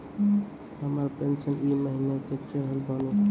हमर पेंशन ई महीने के चढ़लऽ बानी?